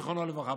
זיכרונו לברכה.